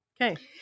okay